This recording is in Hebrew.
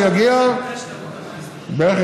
יגיעו בערך,